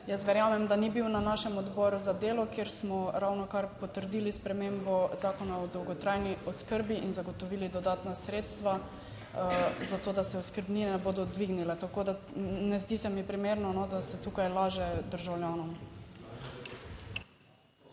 Jaz verjamem, da ni bil na našem odboru za delo, kjer smo ravnokar potrdili spremembo Zakona o dolgotrajni oskrbi in zagotovili dodatna sredstva zato, da se oskrbnine bodo dvignile. Tako, da ne zdi se mi primerno, da se tukaj laže državljanom.